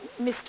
Mr